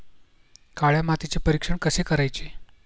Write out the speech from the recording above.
काळ्या मातीचे परीक्षण कसे करायचे?